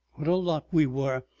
what a lot we were!